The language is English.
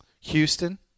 Houston